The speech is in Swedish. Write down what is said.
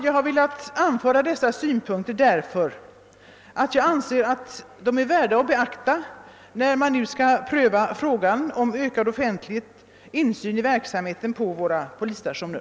Jag har velat anföra dessa synpunkter därför att jag anser att de är värda att beakta när man nu skall pröva frågan om ökad offentlig insyn i verksamheten på våra polisstationer.